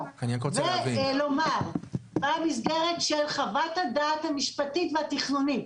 ש --- ולומר במסגרת של חוות הדעת המשפטית והתכנונית,